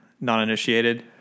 non-initiated